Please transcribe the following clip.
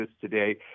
today